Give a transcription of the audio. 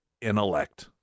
intellect